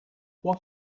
what